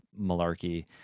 malarkey